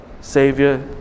Savior